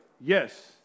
yes